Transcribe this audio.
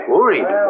Worried